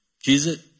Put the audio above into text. Jesus